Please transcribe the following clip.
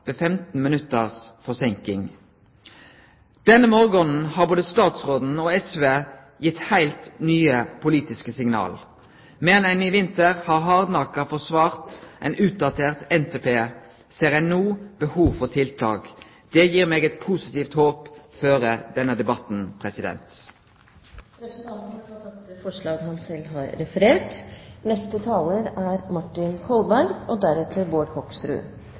ved 15 minutts forseinking. Denne morgonen har både statsråden og SV gitt heilt nye politiske signal. Medan ein i vinter hardnakka har forsvart ein utdatert NTP, ser ein no behov for tiltak. Det gir meg eit positivt håp før denne debatten. Representanten Knut Arild Hareide har tatt opp det forslaget han